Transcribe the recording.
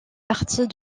partie